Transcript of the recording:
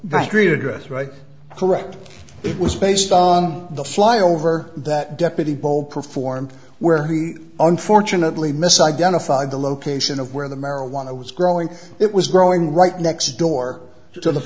that greeted us right correct it was based on the fly over that deputy bowl performed where he unfortunately misidentified the location of where the marijuana was growing it was growing right next door to the